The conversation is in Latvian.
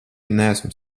neesmu